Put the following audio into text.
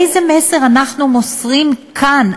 איזה מסר אנחנו מוסרים כאן,